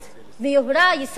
ליוהרה ישראלית?